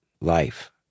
life